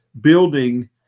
building